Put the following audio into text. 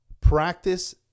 practice